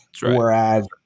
Whereas